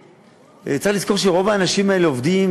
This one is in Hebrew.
צריך לזכור שרוב האנשים האלה עובדים,